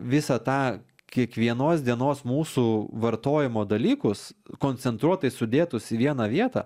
visą tą kiekvienos dienos mūsų vartojimo dalykus koncentruotai sudėtus į vieną vietą